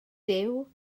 duw